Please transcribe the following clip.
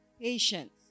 patience